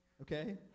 okay